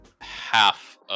half